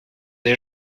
des